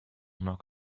knock